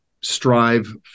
strive